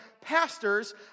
pastors